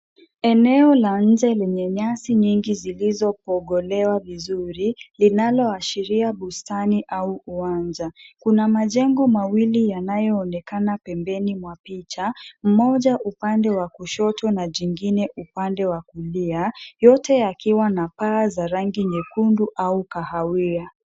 Eneo la nje lenye yashi nyingi zilizo pogolewa vizuri, linaloashiria bustani au uwanja. Kuna majengo mawili yanayo onekana pembeni mwa picha. Moja upande wa kushoto na jingine upande wa kulia. Yote yakiwa na paa za rangi nyekundu au kahawia.